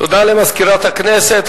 תודה למזכירת הכנסת.